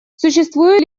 существует